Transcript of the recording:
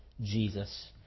Jesus